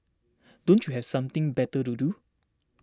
don't you have something better to do